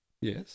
Yes